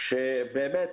באמת,